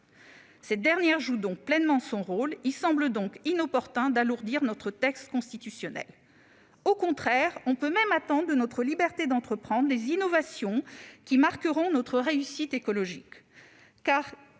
Cette dernière jouant pleinement son rôle, il semble donc inopportun d'alourdir notre texte constitutionnel. Au contraire, on peut même attendre de notre liberté d'entreprendre des innovations qui marqueront notre réussite écologique.